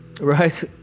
right